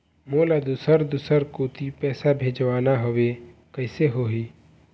मोला दुसर दूसर कोती पैसा भेजवाना हवे, कइसे होही?